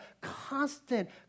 constant